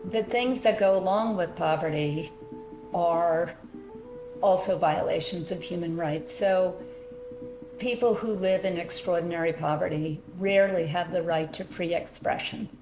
things that go along with poverty are also violations of human rights so people who live in extraordinary poverty rarely have the right to free expression,